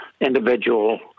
individual